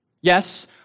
Yes